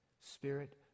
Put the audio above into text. Spirit